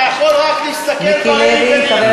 אתה יכול רק להסתכל בראי ולהתבייש לך.